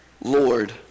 Lord